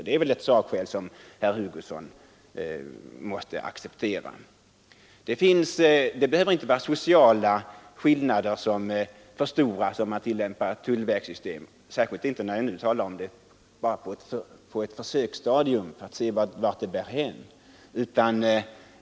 Det är väl ett sakskäl som herr Hugosson måste acceptera. Sociala skillnader behöver inte förstoras om man tillämpar ett tullvägssystem — särskilt inte om man använder det på försök för att se vart det bär hän.